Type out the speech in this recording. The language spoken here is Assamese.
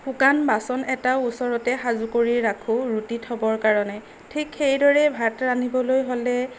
শুকান বাচন এটাও ওচৰতে সাজু কৰি ৰাখোঁ ৰুটি থ'বৰ কাৰণে ঠিক সেইদৰে ভাত ৰান্ধিবলৈ হ'লে